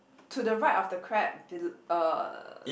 to the right of the crab uh